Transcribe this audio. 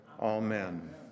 Amen